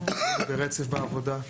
היינו ברצף בעבודה.